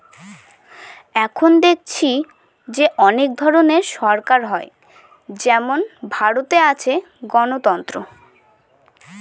এখন দেখেছি যে অনেক ধরনের সরকার হয় যেমন ভারতে আছে গণতন্ত্র